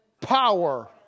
power